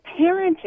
parenting